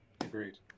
agreed